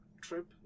trip